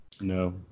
No